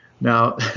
Now